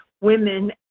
women